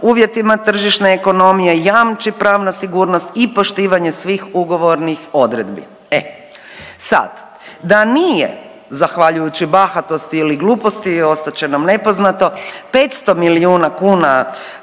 uvjetima tržišne ekonomije jamči pravna sigurnost i poštivanje svih ugovornih odredbi. E sada, da nije zahvaljujući bahatosti ili gluposti ostat će nam nepoznato 500 milijuna kuna